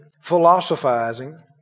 philosophizing